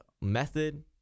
method